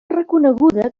reconeguda